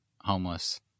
homeless